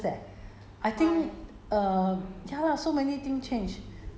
今年很 this year 很多 changes leh